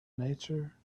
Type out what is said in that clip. nature